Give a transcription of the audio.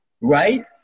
right